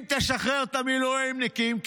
אם תשחרר את המילואימניקים,